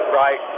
right